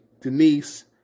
Denise